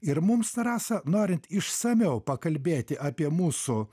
ir mums rasa norint išsamiau pakalbėti apie mūsų